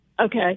Okay